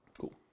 Cool